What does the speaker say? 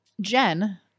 Jen